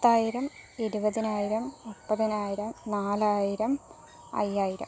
പത്തായിരം ഇരുപതിനായിരം മുപ്പതിനായിരം നാലായിരം അയ്യായിരം